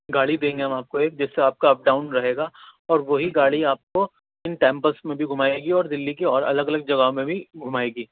گاڑی دیں گے ہم آپ کو ایک جس سے آپ کا اپ ڈاؤن رہے گا اور وہی گاڑی آپ کو ان ٹیمپلس میں بھی گھمائے گی اور دہلی کی اور الگ الگ جگہوں میں بھی گھمائے گی